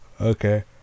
Okay